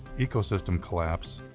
ecosystem collapse.